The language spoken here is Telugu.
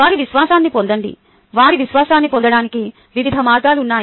వారి విశ్వాసాన్ని పొందండి వారి విశ్వాసాన్ని పొందడానికి వివిధ మార్గాలు ఉన్నాయి